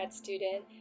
student